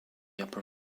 upper